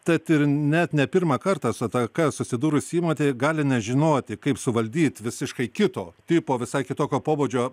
tad ir net ne pirmą kartą su ataka susidūrus įmotė gali nežinoti kaip suvaldyti visiškai kito tipo visai kitokio pobūdžio